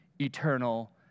eternal